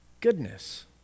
goodness